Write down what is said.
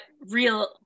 real